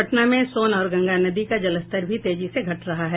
पटना में सोन और गंगा नदी का जलस्तर भी तेजी से घट रहा है